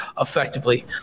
effectively